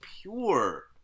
pure